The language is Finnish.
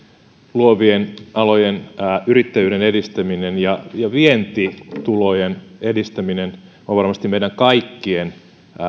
luovien alojen yrittäjyyden edistäminen ja vientitulojen edistäminen on varmasti meidän kaikkien